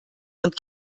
und